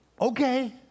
okay